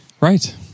Right